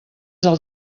del